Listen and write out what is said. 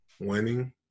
Winning